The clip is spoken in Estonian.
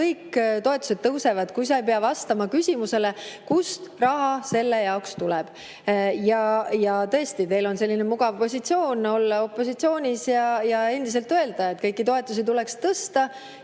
kõik toetused tõusevad, kui sa ei pea vastama küsimusele, kust raha selle jaoks tuleb. Teil on selline mugav positsioon olla opositsioonis ja endiselt öelda, et kõiki toetusi tuleks tõsta,